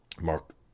Mark